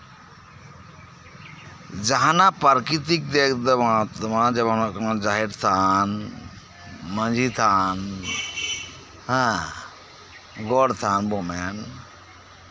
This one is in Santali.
ᱡᱟᱸᱦᱟᱱᱟᱜ ᱯᱨᱟᱠᱤᱨᱛᱤᱠ ᱨᱮ ᱡᱮᱢᱚᱱ ᱦᱩᱭᱩᱜ ᱠᱟᱱᱟ ᱡᱟᱦᱮᱨ ᱛᱷᱟᱱ ᱢᱟᱺᱡᱷᱤ ᱛᱷᱟᱱ ᱦᱮᱸ ᱜᱚᱴ ᱛᱷᱟᱱ ᱵᱚᱱ ᱢᱮᱱ